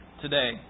today